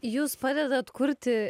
jūs padedat kurti